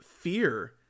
fear